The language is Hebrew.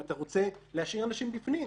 אתה רוצה להשאיר אנשים בפנים,